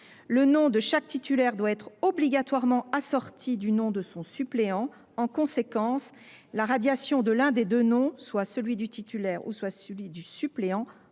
Le nom de chaque titulaire doit être obligatoirement assorti du nom de son suppléant. En conséquence, la radiation de l’un des deux noms, soit celui du titulaire, soit celui du suppléant,